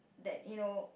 that you know